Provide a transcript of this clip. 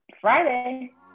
friday